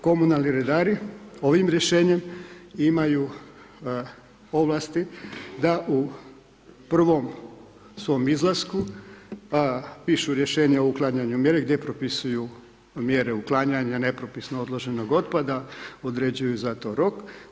Komunalni redari ovim rješenjem imaju ovlasti da u prvom svom izlasku pišu rješenja o uklanjanju mjere, gdje propisuju mjere uklanjanja nepropisno odloženog otpada, određuju za to rok.